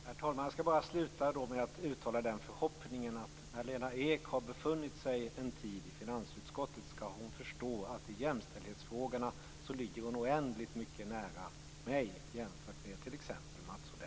Herr talman! Jag slutar med att uttala förhoppningen att när Lena Ek har befunnit sig en tid i finansutskottet skall hon förstå att hon i jämställdhetsfrågorna ligger oändligt mycket närmare mig än Mats